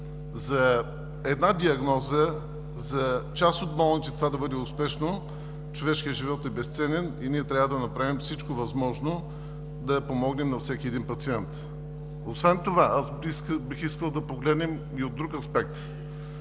за една диагноза, за част от болните да бъде успешно, човешкият живот е безценен и ние трябва да направим всичко възможно да помогнем на всеки един пациент. Бих искал освен това да погледнем и от друг аспект.